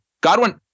Godwin